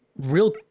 real